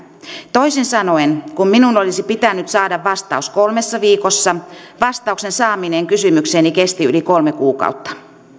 toisin sanoen kun minun olisi pitänyt saada vastaus kolmessa viikossa vastauksen saaminen kysymykseeni kesti yli kolme kuukautta